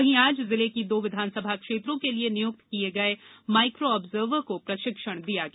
वहीं आज जिले की दो विधानसभा क्षेत्रों के लिये नियुक्त किये माइको आब्जर्वर को प्रशिक्षण दिया गया